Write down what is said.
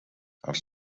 els